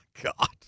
God